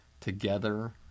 Together